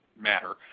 matter